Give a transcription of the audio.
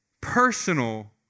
personal